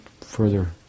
further